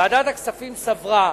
ועדת הכספים סברה,